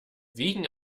wegen